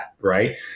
right